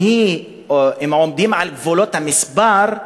אם עומדים על גבולות המספר,